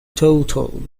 total